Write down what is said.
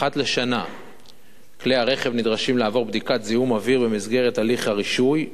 אחת לשנה כלי-הרכב נדרשים לעבור בדיקת זיהום אוויר במסגרת הליך הרישוי.